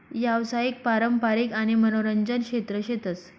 यावसायिक, पारंपारिक आणि मनोरंजन क्षेत्र शेतस